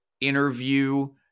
interview